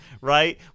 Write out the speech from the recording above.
right